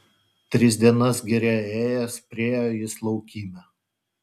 tris dienas giria ėjęs priėjo jis laukymę